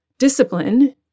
Discipline